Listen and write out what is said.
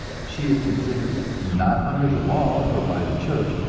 she is considered, not under the law or by the church,